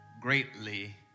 greatly